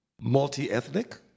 multi-ethnic